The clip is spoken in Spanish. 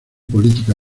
política